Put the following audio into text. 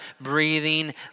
breathing